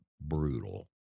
brutal